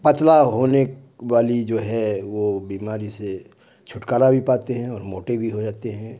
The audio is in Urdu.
پتلا ہونے والی جو ہے وہ بیماری سے چھٹکارا بھی پاتے ہیں اور موٹے بھی ہو جاتے ہیں